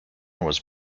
was